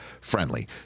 friendly